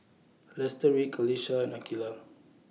Lestari Qalisha and Aqilah